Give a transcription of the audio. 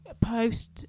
post